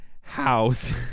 house